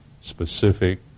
specific